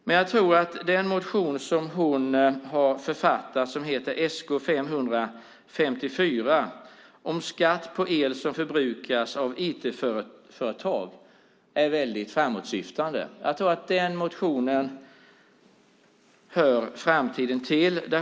Men jag tror att den motion som hon har författat, Sk554, om skatt på el som förbrukas av IT-företag är väldigt framåtsyftande och hör framtiden till.